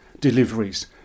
deliveries